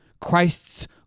Christ's